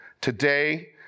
today